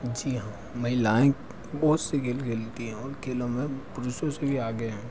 जी हाँ महिलाएं बहुत से खेल खेलती हैं उन खेलों में पुरुषों से भी आगे हैं